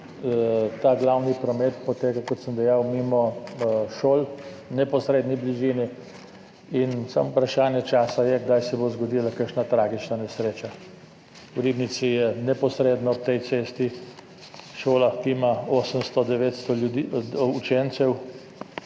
ta glavni promet poteka, kot sem dejal, mimo šol, v neposredni bližini, in samo vprašanje časa je, kdaj se bo zgodila kakšna tragična nesreča. V Ribnici je neposredno ob tej cesti šola, ki ima 800, 900 učencev,